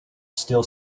still